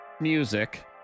music